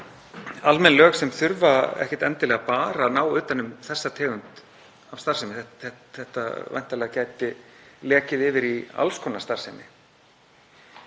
almenn lög sem þurfa ekkert endilega bara ná utan um þessa tegund af starfsemi, þetta gæti væntanlega lekið yfir í alls konar starfsemi.